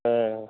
অঁ